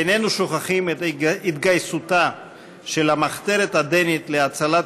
איננו שוכחים את התגייסותה של המחתרת הדנית להצלת